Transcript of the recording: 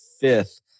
fifth